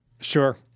Sure